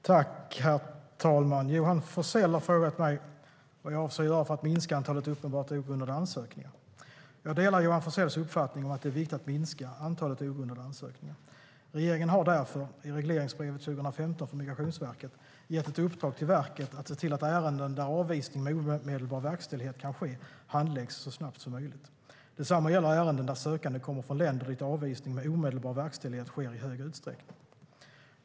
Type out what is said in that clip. Herr talman! Johan Forssell har frågat mig vad jag avser att göra för att minska antalet uppenbart ogrundade ansökningar. Jag delar Johan Forssells uppfattning att det är viktigt att minska antalet ogrundade ansökningar. Regeringen har därför i regleringsbrevet 2015 för Migrationsverket gett ett uppdrag till verket att se till att ärenden där avvisning med omedelbar verkställighet kan ske handläggs så snabbt som möjligt. Detsamma gäller ärenden där sökande kommer från länder dit avvisning med omedelbar verkställighet sker i hög utsträckning.